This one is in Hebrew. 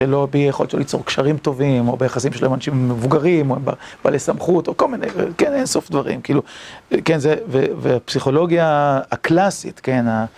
ולא ביכולת שלו ליצור קשרים טובים, או ביחסים שלהם עם אנשים מבוגרים, או עם בעלי סמכות, או כל מיני, כן, אין סוף דברים. כאילו, כן, זה, ופסיכולוגיה הקלאסית, כן, ה...